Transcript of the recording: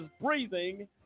breathing